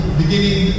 beginning